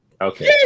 Okay